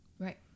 Right